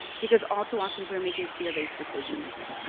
because all too often we're making fear based decisions.